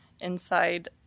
inside